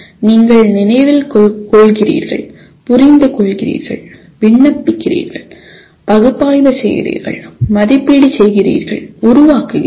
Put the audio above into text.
நீங்கள் நினைவில் கொள்கிறீர்கள் புரிந்துகொள்கிறீர்கள் விண்ணப்பிக்கிறீர்கள் பகுப்பாய்வு செய்கிறீர்கள் மதிப்பீடு செய்கிறீர்கள் உருவாக்குகிறீர்கள்